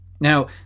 Now